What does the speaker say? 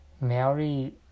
Mary